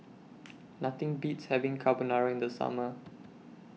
Nothing Beats having Carbonara in The Summer